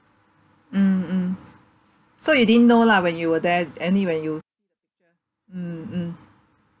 mm mm so you didn't know lah when you were there only when you mm mm